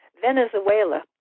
Venezuela